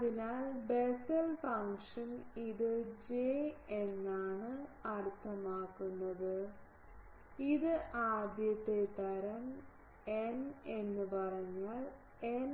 അതിനാൽ Bessel function ഇത് J എന്നാണ് അർത്ഥമാക്കുന്നത് ഇത് ആദ്യത്തെ തരം n എന്നുപറഞ്ഞാൽ n